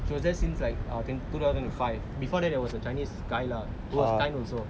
she was there since like two thousand and five before that was a chinese guy lah who was kind also